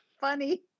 funny